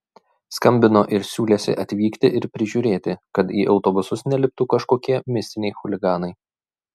skambino ir siūlėsi atvykti ir prižiūrėti kad į autobusus neliptų kažkokie mistiniai chuliganai